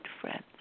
friends